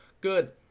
good